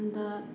अन्त